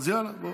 הקואליציה,